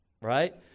Right